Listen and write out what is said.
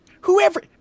whoever